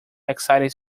excited